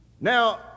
Now